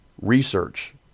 Research